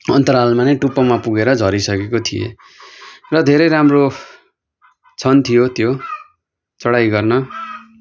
अन्तरालमा नै टुप्पोमा पुगेर झरिसकेको थिएँ र धेरै राम्रो क्षण थियो त्यो चढाई गर्न